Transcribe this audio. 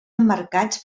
emmarcats